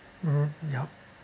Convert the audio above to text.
mmhmm yup